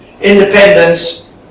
independence